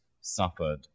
suffered